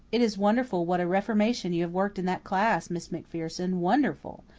it is wonderful what a reformation you have worked in that class, miss macpherson wonderful,